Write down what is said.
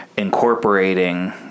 incorporating